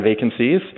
vacancies